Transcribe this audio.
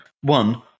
One